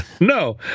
no